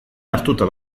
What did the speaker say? hartuta